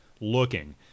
looking